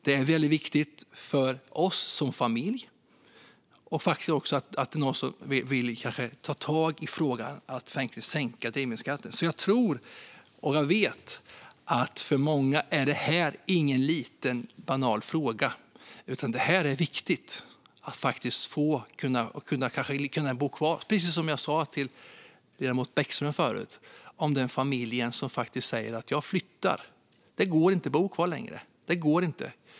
Det är väldigt viktigt för oss som familj att någon tar tag i frågan och vill sänka drivmedelsskatten. Jag tror och vet att för många är det inte någon liten banal fråga, utan det är viktigt för att kanske kunna bo kvar. Det är precis som jag sa till ledamoten Daniel Bäckström förut. Jag talade om den familjen där man säger: Jag flyttar. Det går inte att bo kvar längre.